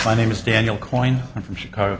my name is daniel coyne i'm from chicago